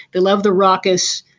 they love the raucous